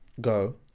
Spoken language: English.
Go